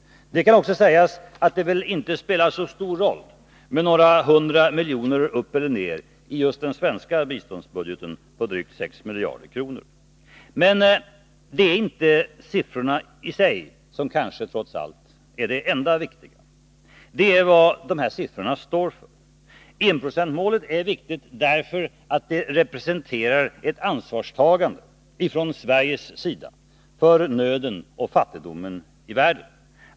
Det kan också sägas att det väl inte spelar så stor roll med några hundra miljoner upp eller ned i just den svenska biståndsbudgeten på drygt sex miljarder. Men siffrorna i sig är inte det enda viktiga. Det är vad de står för. Enprocentsmålet är viktigt därför att det representerar ett ansvarstagande från Sveriges sida för nöden och fattigdomen i världen.